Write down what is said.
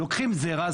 לוקחים זרע.